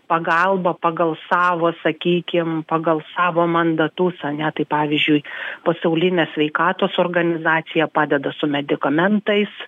pagalbą pagal savo sakykim pagal savo mandatus ane tai pavyzdžiui pasaulinė sveikatos organizacija padeda su medikamentais